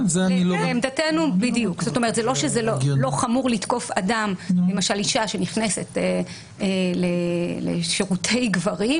זה לא שזה לא חמור לתקוף למשל אישה שנכנסת לשירותי גברים,